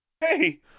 Hey